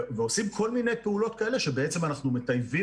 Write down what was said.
ועושים פעולות כאלה שבעצם אנחנו מטייבים